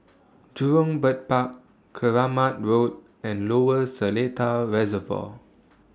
Jurong Bird Park Keramat Road and Lower Seletar Reservoir